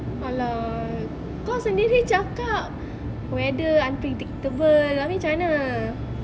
!alah! kau sendiri cakap weather unpredictable abeh cam mana